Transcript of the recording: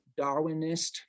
Darwinist